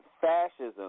fascism